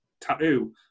tattoo